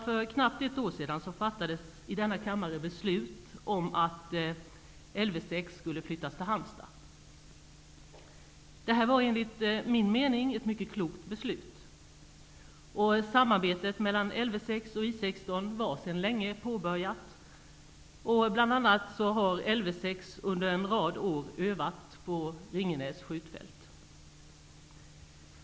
För knappt ett år sedan fattades i denna kammare beslut om att Lv 6 skulle flyttas till Halmstad. Detta var enligt min mening ett mycket klokt beslut. Samarbetet mellan Lv 6 och I 16 var sedan länge påbörjat. Bl.a. har Lv 6 under en rad år övat på Ringenäs skjutfält.